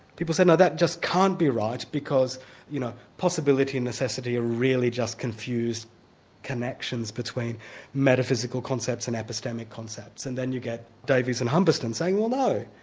people said, no, that just can't be right because you know possibility and necessity are really just confused connections between metaphysical concepts and epistemic concepts. and then you get davies and humberstone saying, well no,